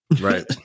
Right